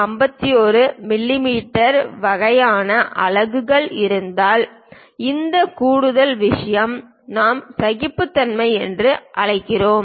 51 மிமீ வகையான அலகுகள் இருந்தால் இந்த கூடுதல் விஷயம் நாம் சகிப்புத்தன்மை என்று அழைக்கிறோம்